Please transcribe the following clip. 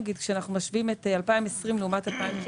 כשאנחנו משווים את 2020 לעומת 2019,